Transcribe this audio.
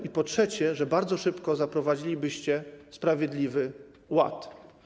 I po trzecie, że bardzo szybko zaprowadzilibyście sprawiedliwy ład.